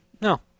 No